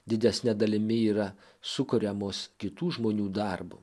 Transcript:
didesne dalimi yra sukuriamos kitų žmonių darbu